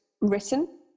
written